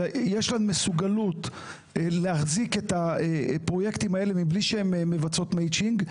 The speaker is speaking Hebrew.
שיש להן מסוגלות להחזיק את הפרויקטים האלה מבלי שהן מבצעות מצ'ינג,